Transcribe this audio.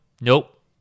nope